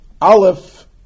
Aleph